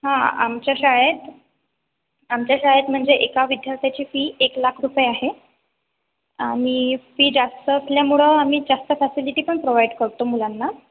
हा आमच्या शाळेत आमच्या शाळेत म्हणजे एका विद्यार्थ्याची फी एक लाख रुपये आहे आम्ही फी जास्त असल्यामुळे आम्ही जास्त फॅसिलिटी पण प्रोव्हाइड करतो मुलाना